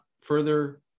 further